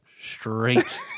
straight